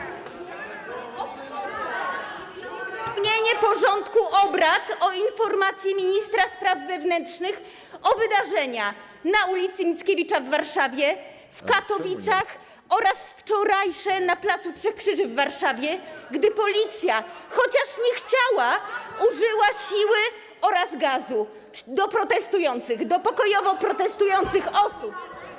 Mikrofon! [[Wicemarszałek włącza mikrofon]] ...i uzupełnienie porządku obrad o informację ministra spraw wewnętrznych o wydarzeniach na ul. Mickiewicza w Warszawie, w Katowicach oraz wczorajszych na pl. Trzech Krzyży w Warszawie, gdy policja, chociaż nie chciała, użyła siły oraz gazu wobec protestujących, wobec pokojowo protestujących osób.